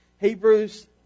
Hebrews